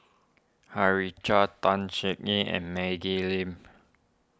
Harichandra Tan and Maggie Lim